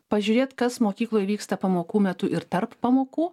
pažiūrėt kas mokykloj vyksta pamokų metu ir tarp pamokų